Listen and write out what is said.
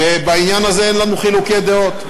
ובעניין הזה אין לנו חילוקי דעות.